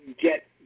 get